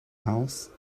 house